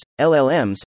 LLMs